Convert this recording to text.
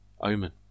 Omen